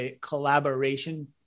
collaboration